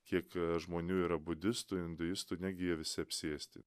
kiek žmonių yra budistų induistų negi jie visi apsėsti